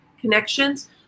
connections